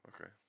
okay